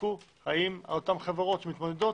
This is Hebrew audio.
שיבדקו האם אותן חברות שמתמודדות,